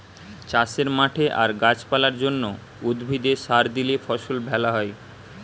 চাষের মাঠে আর গাছ পালার জন্যে, উদ্ভিদে সার দিলে ফসল ভ্যালা হয়